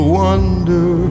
wonder